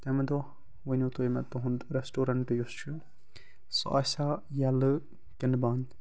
تمہِ دۄہ ؤنو تُہۍ مےٚ تُہنٛد ریٚسٹورنٛٹ یُس چھُ سُہ آسیا ییٚلہٕ کِنہٕ بنٛد